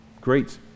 great